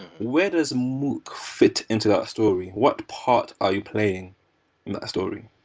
where does mookh fit into that story? what part are you playing in that story?